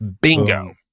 Bingo